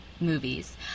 movies